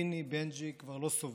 ביני, בנג'י, כבר לא סובל.